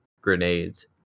grenades